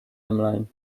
ymlaen